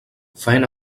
faena